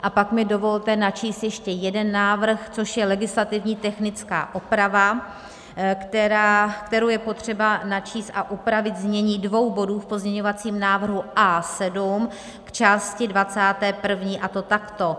A pak mi dovolte načíst ještě jeden návrh, co je legislativní technická oprava, kterou je potřeba načíst a upravit znění dvou bodů v pozměňovacím návrhu A7 k části dvacáté první, a to takto: